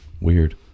Weird